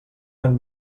and